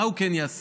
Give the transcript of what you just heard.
מה הוא כן יעשה?